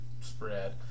spread